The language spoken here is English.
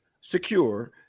secure